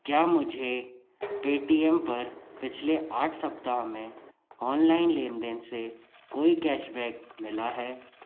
क्या मुझे पेटीएम पर पिछले आठ सप्ताह में ऑनलाइन लेन देन से कोई कैशबैक मिला है